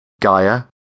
Gaia